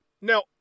Now